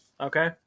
Okay